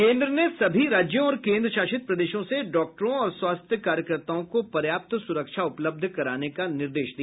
केंद्र ने सभी राज्यों और केंद्रशासित प्रदेशों से डॉक्टरों और स्वास्थ्य कार्यकर्ताओं को पर्याप्त सुरक्षा उपलब्ध कराने का निर्देश दिया